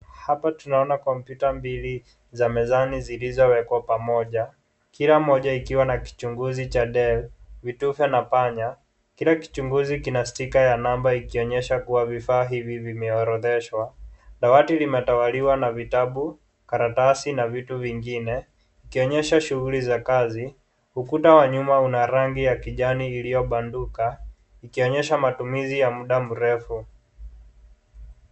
Hapa tunaona kompyuta mbibli za mezani zilizowekwa pamoja, kila moja ikiwa na kichunguzi cha Dell, vitufe na panya. Kila kichunguzi kina sticker ya namba ikionyesha kuwa vifaa hivi vimeorodheshwa. Dawati limetawaliwa na vitabu, karatasi na vitu vingine ikionyesha shughuli za kazi. Ukuta wa nyuma una rani ya kijani iliyobanduka, ikionyesha matumizi ya muda mrefu.